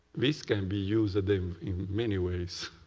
this can be used in many ways.